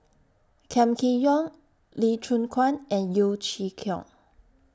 Kam Kee Yong Lee Choon Guan and Yeo Chee Kiong